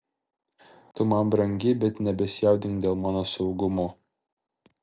tu man brangi bet nebesijaudink dėl mano saugumo